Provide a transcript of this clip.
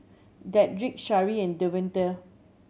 Dedrick Sharee and Devonte